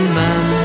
man